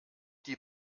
die